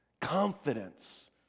Confidence